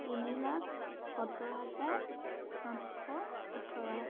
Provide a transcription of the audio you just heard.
তিনি লাখ সত্তৰ হাজাৰ সাতশ ওঠৰ